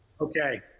Okay